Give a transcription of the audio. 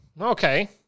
Okay